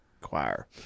Choir